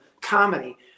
comedy